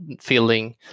feeling